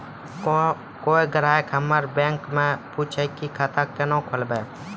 कोय ग्राहक हमर बैक मैं पुछे की खाता कोना खोलायब?